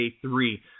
three